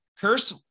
cursed